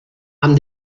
amb